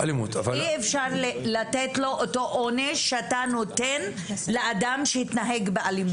אי אפשר לתת לו את העונש שאתה נותן לאדם שהתנהג באלימות.